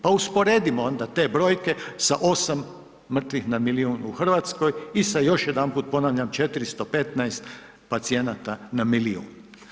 Pa usporedimo onda te brojke sa 8 mrtvih na milijun u Hrvatskoj i sad još jedanput ponavljam, 415 pacijenata na milijun.